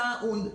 סאונד,